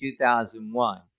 2001